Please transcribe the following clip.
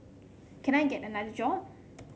can I get another job